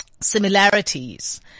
similarities